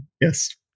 yes